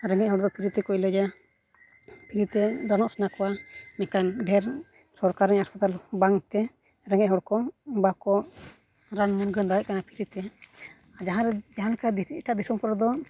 ᱨᱮᱸᱜᱮᱡᱽ ᱦᱚᱲ ᱫᱚ ᱯᱷᱨᱤ ᱛᱮᱠᱚ ᱮᱞᱟᱡᱟ ᱯᱷᱨᱤ ᱛᱮ ᱨᱟᱱᱚᱜ ᱥᱟᱱᱟ ᱠᱚᱣᱟ ᱤᱱᱟᱹᱠᱷᱟᱱ ᱰᱷᱮᱨ ᱥᱚᱨᱠᱟᱨᱤᱭᱟᱜ ᱦᱟᱸᱥᱯᱟᱛᱟᱞ ᱵᱟᱝ ᱛᱮ ᱨᱮᱸᱜᱮᱡᱽ ᱦᱚᱲ ᱠᱚ ᱵᱟᱠᱚ ᱨᱟᱱ ᱢᱩᱨᱜᱟᱹᱱ ᱫᱟᱲᱮᱭᱟᱜ ᱠᱟᱱᱟ ᱯᱷᱨᱤ ᱛᱮ ᱟᱨ ᱡᱟᱦᱟᱸ ᱨᱮ ᱡᱟᱦᱟᱸᱞᱮᱠᱟ ᱮᱴᱟᱜ ᱫᱤᱥᱚᱢ ᱠᱚᱨᱮ ᱫᱚ